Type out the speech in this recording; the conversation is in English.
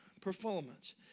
performance